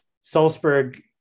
Salzburg